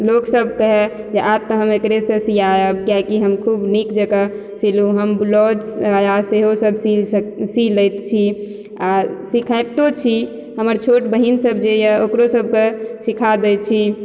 लोक सब कहए जे आब तऽ हम एकरे सँ सियायब किएकि हम खूब नीक जकाँ सिलु हम ब्लाउज साया सेहो सब सी सकै सी लैत छी आ सिखाबितो छी हमर छोट बहिन सब जे यऽ ओकरो सबके सिखा दै छी